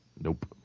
Nope